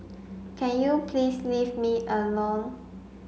can you please leave me alone